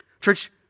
Church